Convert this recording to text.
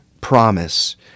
promise